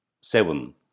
seven